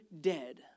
dead